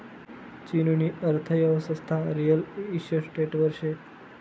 चीननी अर्थयेवस्था रिअल इशटेटवर शे